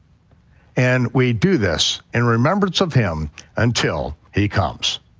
and we do this in remembrance of him until he comes.